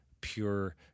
pure